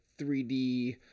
3D